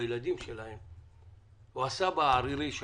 הילדים שלהם או הסבים שלהם הם